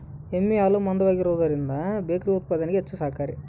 ಎಮ್ಮೆ ಹಾಲು ಮಂದವಾಗಿರುವದರಿಂದ ಬೇಕರಿ ಉತ್ಪಾದನೆಗೆ ಹೆಚ್ಚು ಸಹಕಾರಿ